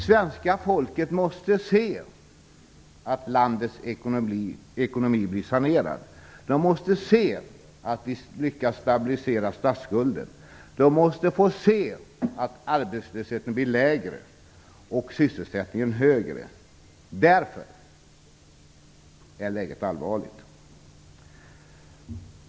Svenska folket måste se att landets ekonomi blir sanerad. De måste se att vi lyckas stabilisera statsskulden. De måste få se att arbetslösheten blir lägre och sysselsättningen högre. Därför är läget allvarligt.